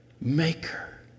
maker